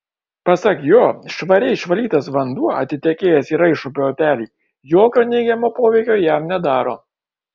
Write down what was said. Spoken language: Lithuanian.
pasak jo švariai išvalytas vanduo atitekėjęs į raišupio upelį jokio neigiamo poveikio jam nedaro